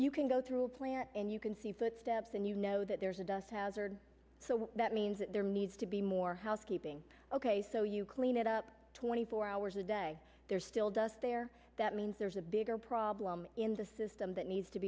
you can go through a plant and you can see footsteps and you know that there's a dust hazard so that means that there needs to be more housekeeping ok so you clean it up twenty four hours a day there's still dust there that means there's a bigger problem in the system that needs to